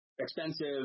expensive